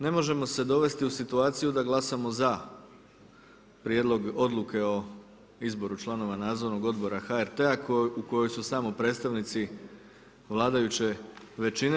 Ne možemo se dovesti u situaciju da glasamo za prijedlog odluke o izboru članova Nadzornog odbora HRT-a u kojoj su samo predstavnici vladajuće većine.